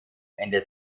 ende